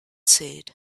said